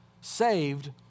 saved